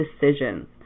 decisions